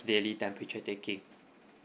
daily temperature taking